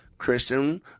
Christian